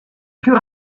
plus